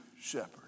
shepherd